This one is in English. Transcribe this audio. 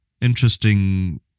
interesting